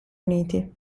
uniti